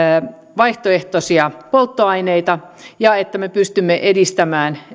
vaihtoehtoisia polttoaineita ja sillä että me pystymme edistämään